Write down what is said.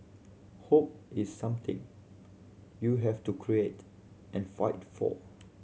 hope is something you have to create and fight for